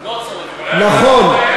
לא צריך כרטיס, נכון.